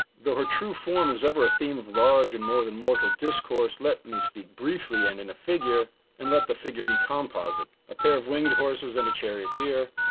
the true form is ever a theme of large and more than mortal discourse. let me speak briefly and in a figure and let the figure be composite, a pair of winged horses into chariots here.